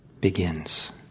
begins